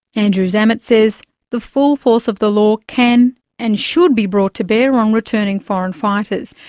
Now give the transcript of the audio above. andrew zammit says the full force of the law can and should be brought to bear on returning foreign fighters,